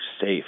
safe